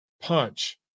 punch